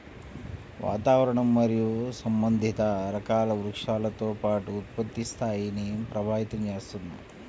వాతావరణం మరియు సంబంధిత రకాల వృక్షాలతో పాటు ఉత్పత్తి స్థాయిని ప్రభావితం చేస్తుంది